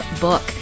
book